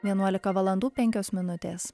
vienuolika valandų penkios minutės